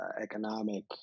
economic